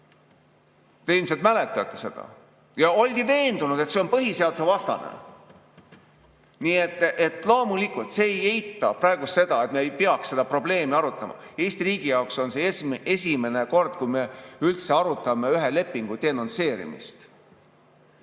Te ilmselt mäletate seda. Oldi veendunud, et see on põhiseadusvastane. Loomulikult, see ei tähenda seda, et me ei peaks seda probleemi arutama. Eesti riigi jaoks on see esimene kord, kui me üldse arutame ühe lepingu denonsseerimist.